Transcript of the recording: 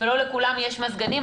ולא לכולם יש מזגנים,